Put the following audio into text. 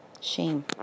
Shame